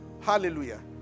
Hallelujah